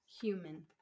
human